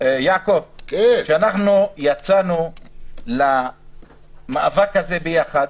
כשאנחנו יצאנו למאבק הזה יחד